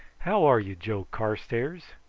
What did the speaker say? how are you, joe carstairs?